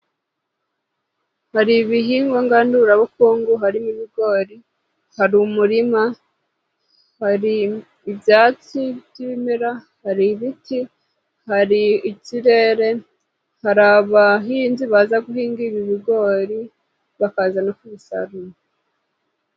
Hari ibihingwa nganurabukungu harimo ibigori, hari umurima, hari ibyatsi by'ibimera, hari ibiti, hari ikirere, hari abahinzi baza guhingira bigori bakaza no kubisarura.